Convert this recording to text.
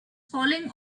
falling